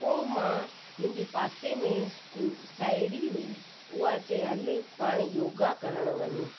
पोइ मां मुंहिंजी पासे में साहेड़ी हुई हूअ चए हल पाण योगा करण वञू